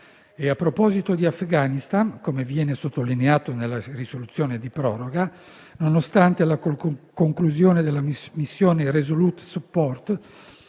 A proposito di Afghanistan - come viene sottolineato nella risoluzione di proroga - nonostante la conclusione della missione Resolute support,